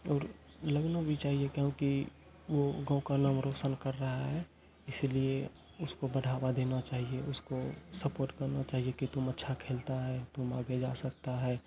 और लगना भी चाहिए क्योंकि वो गाँव का नाम रोशन कर रहा है इसीलिए उसको बढ़ावा देना चाहिए उसको सपोर्ट करना चाहिए कि तुम अच्छा खेलता है तुम आगे जा सकता है